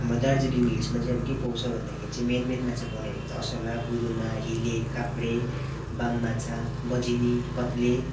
हाम्रो दार्जिलिङ हिल्समा चाहिँ अब के पाउँछ भन्दाखेरि चाहिँ मेन मेन माछा पाउने भनेको चाहिँ असला बुदुना हिले काब्रे बाम माछा बजिनी कत्ले